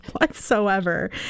whatsoever